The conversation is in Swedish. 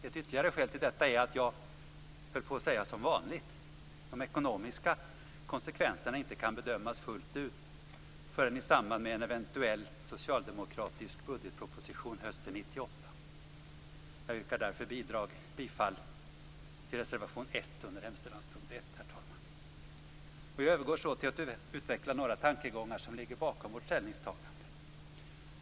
Ytterligare ett skäl till detta är - som vanligt, skulle jag nästan vilja säga - att de ekonomiska konsekvenserna inte kan bedömas fullt ut förrän i samband med en eventuell socialdemokratisk budgetproposition hösten 1998. Jag yrkar därför bifall till reservation 1 Jag övergår så till att utveckla några av de tankegångar som ligger bakom vårt ställningstagande.